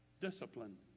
discipline